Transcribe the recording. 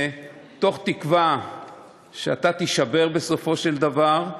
בתקווה שאתה תישבר בסופו של דבר,